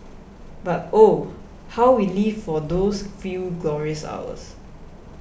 but oh how we lived for those few glorious hours